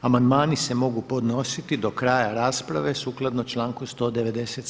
Amandmani se mogu podnositi do kraja rasprave sukladno članku 197.